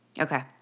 Okay